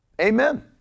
Amen